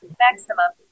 maximum